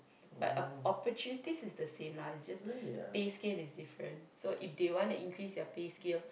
but oppo~ opportunity is the same lah is just pay scale is different so if they wanna increase their pay scale